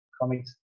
comics